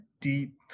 deep